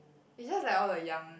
is just like all the young